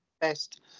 best